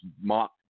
mock